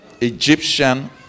Egyptian